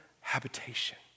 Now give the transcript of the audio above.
habitation